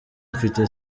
mfite